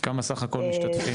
כמה סך הכול משתתפים?